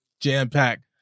jam-packed